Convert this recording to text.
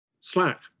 Slack